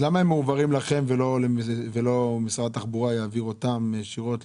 למה הם מועברים לכם ולא שמשרד התחבורה יעביר אותם ישירות?